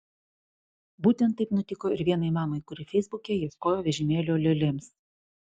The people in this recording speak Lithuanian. būtent taip nutiko ir vienai mamai kuri feisbuke ieškojo vežimėlio lėlėms